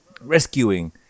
rescuing